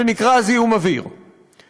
שנקרא זיהום אוויר,